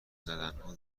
زدنها